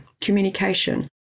communication